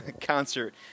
concert